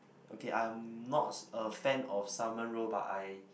okay I'm not a fan of salmon roe but I